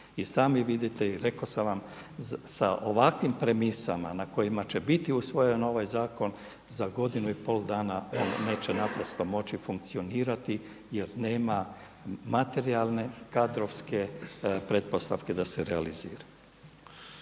I sami vidite i rekao sam vam sa ovakvim premisama na kojima će biti usvojen ovaj zakon za godinu i pol dana on neće naprosto moći funkcionirati jer nema materijalne, kadrovske pretpostavke da se realizira.